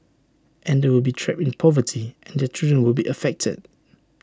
and they will be trapped in poverty and their children will be affected